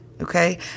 okay